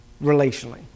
relationally